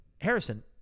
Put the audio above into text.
Harrison